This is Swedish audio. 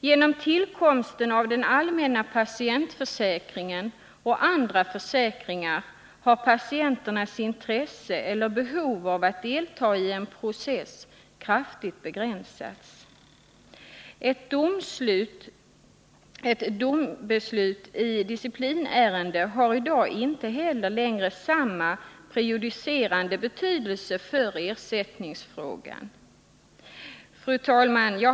Genom tillkomsten av den allmänna patientförsäkringen och andra försäkringar har patienternas intresse eller behov av att delta i en process kraftigt begränsats. Ett domslut i disciplinärende har i dag inte heller längre samma prejudicerande betydelse för ersättningsfrågan.